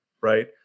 right